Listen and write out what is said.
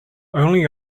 only